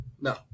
No